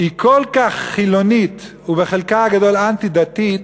היא כל כך חילונית ובחלקה הגדול אנטי-דתית,